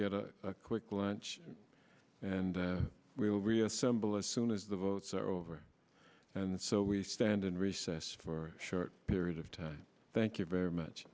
get a quick lunch and we will reassemble as soon as the votes are over and so we stand in recess for short period of time thank you very much